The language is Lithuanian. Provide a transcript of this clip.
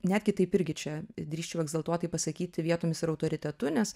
netgi taip irgi čia drįsčiau egzaltuotai pasakyti vietomis ir autoritetu nes